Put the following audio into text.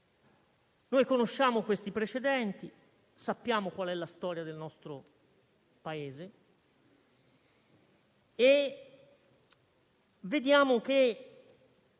Conosciamo questi precedenti, sappiamo qual è la storia del nostro Paese e vediamo che,